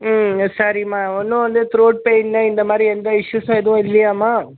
ம் ஆ சரிம்மா ஒன்றும் வந்து த்ரோட் பெயின்னு இந்த மாதிரி எந்த இஸ்யூஸும் எதுவும் இல்லையாம்மா